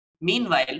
Meanwhile